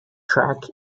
track